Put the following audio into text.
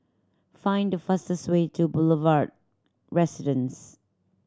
find the fastest way to Boulevard Residence